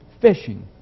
Fishing